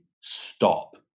stop